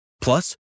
Plus